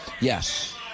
yes